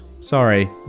Sorry